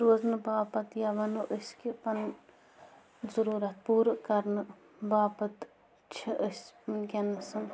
روزنہٕ باپت یا وَنَو أسۍ کہِ پَنٕنۍ ضٔروٗرت پوٗرٕ کَرنہٕ باپت چھِ أسۍ وٕنۍکٮ۪نَس